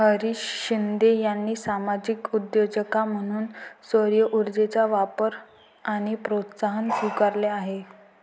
हरीश शिंदे यांनी सामाजिक उद्योजकता म्हणून सौरऊर्जेचा वापर आणि प्रोत्साहन स्वीकारले आहे